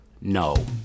no